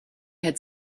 had